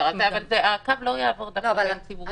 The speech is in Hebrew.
אבל הקו לא יעבור דווקא בין ציבורי ללא ציבורי.